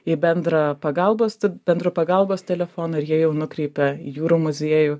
į bendrą pagalbos bendru pagalbos telefonu ir jie jau nukreipia į jūrų muziejų